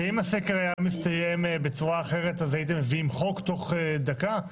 ואם הסקר היה מסתיים בצורה אחרת אז הייתם מביאים חוק תוך דקה?